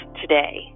today